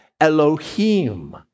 Elohim